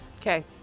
Okay